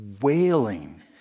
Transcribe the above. wailing